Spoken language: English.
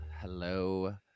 hello